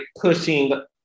pushing